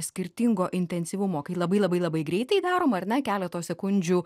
skirtingo intensyvumo kai labai labai labai greitai daroma ar ne keleto sekundžių